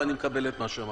אבל אני מקבל את מה שאמרת.